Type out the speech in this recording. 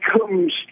comes